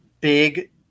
big